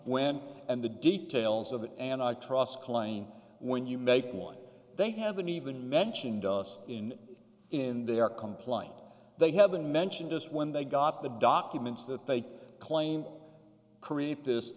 when and the details of it and i trust claim when you make one they haven't even mentioned us in in their complaint they haven't mentioned us when they got the documents that they claim create this